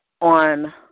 on